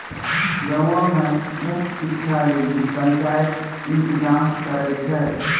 गांवो मे मुफ्त शिक्षा लेली पंचायत इंतजाम करै छै